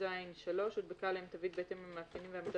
39טז3 הודבקה עליהם תווית בהתאם למאפיינים וכו',